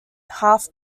half